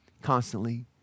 constantly